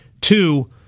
Two